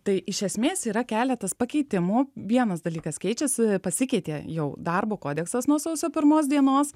tai iš esmės yra keletas pakeitimų vienas dalykas keičiasi pasikeitė jau darbo kodeksas nuo sausio pirmos dienos